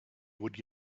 would